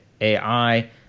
AI